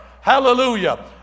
Hallelujah